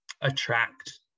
attract